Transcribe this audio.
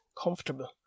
comfortable